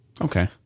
Okay